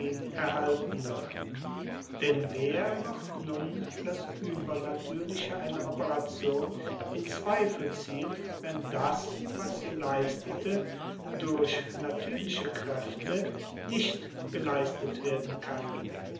erhalten wird denn wer wird nun das übernatürliche einer operation in zweifel ziehen wenn das was sie leistete durch natürliche kräfte nicht geleistet werden kann